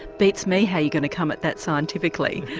beats me how you're going to come at that scientifically.